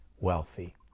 wealthy